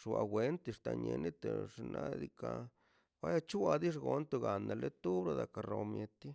xua wento xta ni xinanix xnaꞌ diikaꞌ a chua la xwanto aganle tua rraka no mieti